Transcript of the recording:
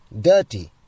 dirty